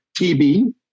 TB